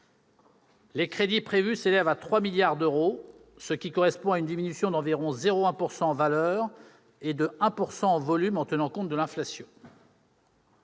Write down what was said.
Les crédits prévus s'élèvent à 3 milliards d'euros, ce qui correspond à une diminution d'environ 0,1 % en valeur et de 1 % en volume en tenant compte de l'inflation.